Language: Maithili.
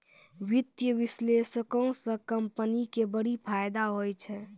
वित्तीय विश्लेषको से कंपनी के बड़ी फायदा होय छै